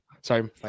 Sorry